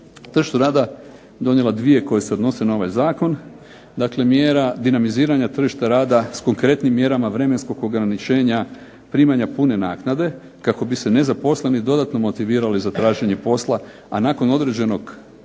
tržištu rada donijela 2 koje se odnose na ovaj zakon. Dakle, mjera dinamiziranja tržišta rada s konkretnim mjerama vremenskog ograničenja primanja pune naknade kako bi se nezaposleni dodatno motivirali za traženje posla, a nakon određenog